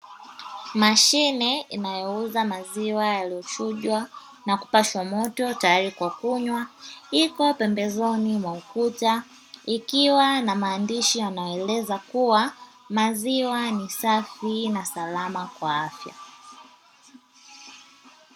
Mashine inayoouza maziwa yaliyochujwa na kupashwa moto tayari kwa kunywa, ipo pembezoni mwa ukuta ikiwa na maandishi yanayoeleza kuwa maziwa ni safi na salama.